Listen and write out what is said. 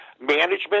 management